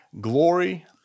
glory